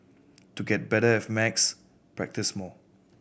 to get better at maths practise more